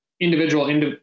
individual